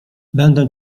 będę